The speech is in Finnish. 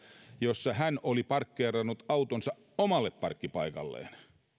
jossa hän oli parkkeerannut autonsa omalle parkkipaikalleen